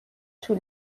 طول